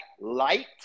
light